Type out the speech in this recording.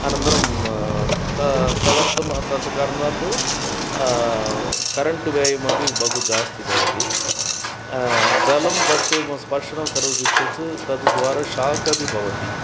अनन्तरं अतः तदर्थं तत्कारणात् करेण्ट् व्ययम् अपि बहु जास्ति भवति जलं दर्श् म् स्पर्शं करोति चेत् तद् द्वारा शाक् अपि भवति